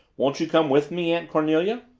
won't you come with me, aunt cornelia?